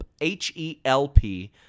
H-E-L-P